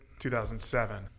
2007